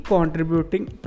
Contributing